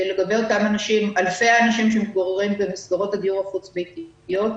לגבי אותם אלפי אנשים שמתגוררים במסגרות הדיור החוץ-ביתיות.